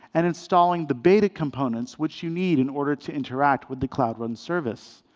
and installing the beta components, which you need in order to interact with the cloud run service.